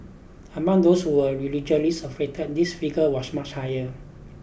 among those who were religiously affiliated this figure was much higher